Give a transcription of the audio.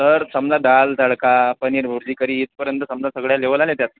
तर समजा दाल तडका पनीरबुर्जी करी इथपर्यंत समजा सगळ्या लेवल आल्या त्यात